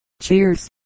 Cheers